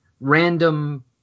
random